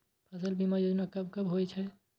फसल बीमा योजना कब कब होय छै?